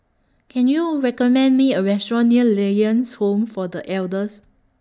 Can YOU recommend Me A Restaurant near Lions Home For The Elders